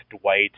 Dwight